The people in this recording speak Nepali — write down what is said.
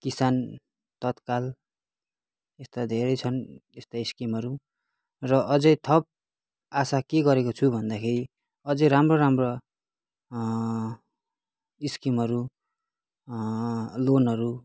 किसान तत्काल यस्तो धेरै छन् यस्ता स्किमहरू र अझै थप आशा के गरेको छु भन्दाखेरि अझै राम्रो राम्रो स्किमहरू लोनहरू